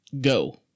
Go